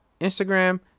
Instagram